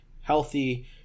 healthy